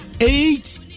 Eight